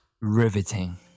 Riveting